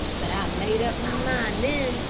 but i made up my mind then,